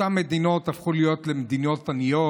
אותן מדינות הפכו להיות למדינות עניות,